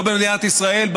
לא במדינת ישראל,